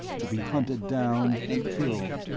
to be hunted down and killed,